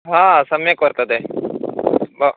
सम्यक् वर्तते व